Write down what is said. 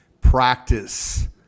practice